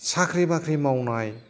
साख्रि बाख्रि मावनाय